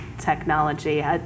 Technology